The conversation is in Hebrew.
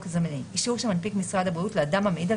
זמני" אישור שמנפיק משרד הבריאות לאדם המעיד על